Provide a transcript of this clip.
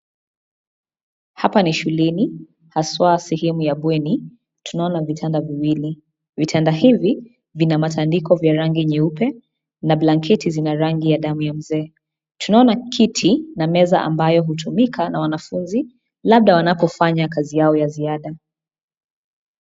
Hapa ni shuleni, haswa sehemu ya mbweni, tunaona vitanda viwili. Vitanda hivi vina matandiko vya rangi nyeupe na blanketi zina rangi ya damu ya mzee. Tunaona kiti na meza ambayo hutumika na wanafunzi, labda wanapofanya kazi yao ya ziada.